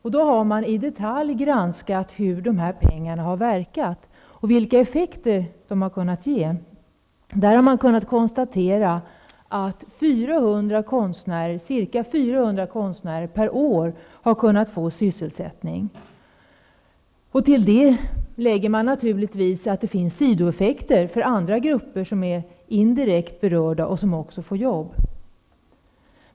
I den har man i detalj granskat hur dessa pengar har använts och vilka effekter de har kunnat ge. Man har kunnat konstatera att ca 400 konstnärer per år har kunnat få syselsättning på detta område. Till det kan man lägga sidoeffekter för andra grupper som är indirekt berörda och som därigenom också får jobb.